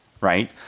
Right